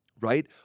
right